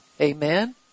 Amen